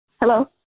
Hello